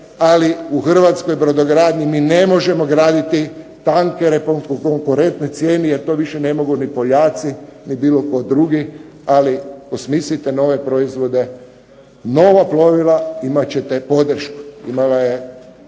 ali u hrvatskoj brodogradnji mi ne možemo graditi tankere po konkurentnoj cijeni jer to više ne mogu niti POljaci, ni bilo tko drugi, ali smislite nove proizvode, nova plovila, imate ćete podršku. Imala je